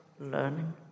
learning